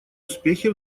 успехи